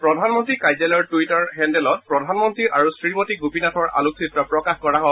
প্ৰধানমন্তী কাৰ্যালয়ৰ টুইটাৰ হেণ্ডেলত প্ৰধান মন্তী আৰু শ্ৰীমতী গোপীনাথৰ আলোকচিত্ৰ প্ৰকাশ কৰা হয়